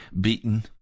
beaten